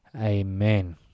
amen